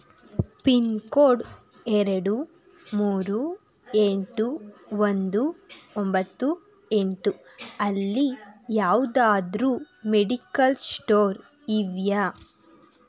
pin code ಎರಡು ಮೂರು ಎಂಟು ಒಂದು ಒಂಬತ್ತು ಎಂಟು ಅಲ್ಲಿ ಯಾವ್ದಾದ್ರು ಮೆಡಿಕಲ್ ಶ್ಟೋರ್ ಇವೆಯೇ